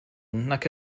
nac